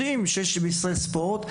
יודעים שיש בישראל ספורט,